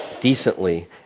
decently